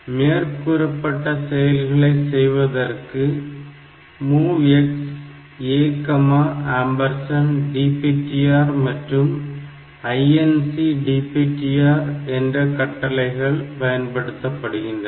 மேற்கூறப்பட்ட செயல்களை செய்வதற்கு MOVX ADPTR மற்றும் INC DPTR என்ற கட்டளைகள் பயன்படுத்தப்பட்டுள்ளன